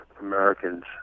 Americans